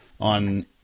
on